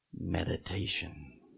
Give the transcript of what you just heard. Meditation